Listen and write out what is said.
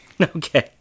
Okay